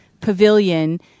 pavilion